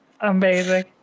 Amazing